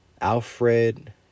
Alfred